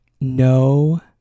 no